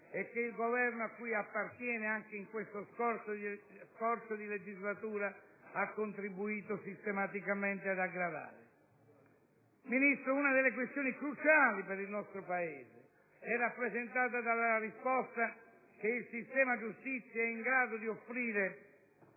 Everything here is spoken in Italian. che il Governo a cui lei appartiene, anche in questo scorcio di legislatura, ha contribuito sistematicamente ad aggravare. Ministro, una delle questioni cruciali per il nostro Paese è rappresentata dalla risposta che il sistema giustizia è in grado di offrire